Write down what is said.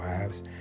wives